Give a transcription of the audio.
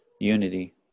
unity